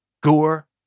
gore